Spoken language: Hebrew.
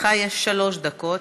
יש לך שלוש דקות.